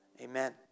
Amen